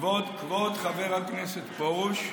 כבוד חבר הכנסת פרוש,